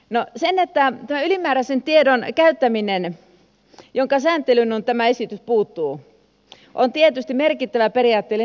no tämän ylimääräisen tiedon käyttäminen jonka sääntelyyn on tämä esitys puuttunut on tietysti merkittävä periaatteellinen kysymys